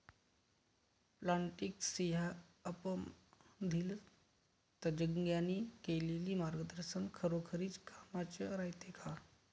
Plantix या ॲपमधील तज्ज्ञांनी केलेली मार्गदर्शन खरोखरीच कामाचं रायते का?